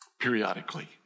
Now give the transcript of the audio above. Periodically